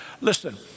Listen